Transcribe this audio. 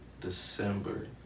December